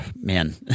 man